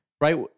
Right